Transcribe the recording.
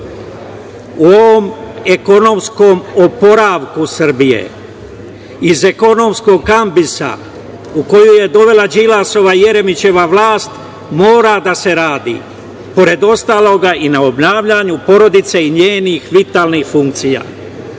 u ovom ekonomskom oporavku Srbije iz ekonomskog ambisa u koji ju je dovela Đilasova i Jeremićeva vlast mora da se radi, pored ostalog, i na obnavljanju porodice i njenih vitalnih funkcija. Voleo